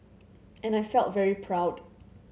and I felt very proud